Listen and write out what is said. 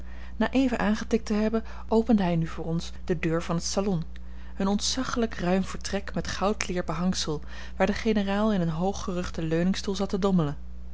na even aangetikt te hebben opende hij nu voor ons de deur van het salon een ontzaggelijk ruim vertrek met goudleer behangsel waar de generaal in een hooggerugden leuningstoel zat te dommelen